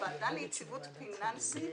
הוועדה ליציבות פיננסית,